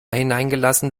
hineingelassen